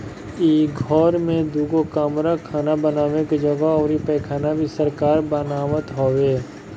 इ घर में दुगो कमरा खाना बानवे के जगह अउरी पैखाना भी सरकार बनवावत हवे